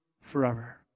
forever